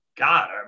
god